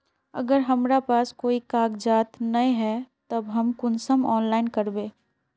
अगर हमरा पास कोई कागजात नय है तब हम कुंसम ऑनलाइन करबे?